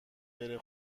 بره